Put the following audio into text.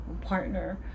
partner